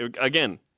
Again